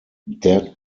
dead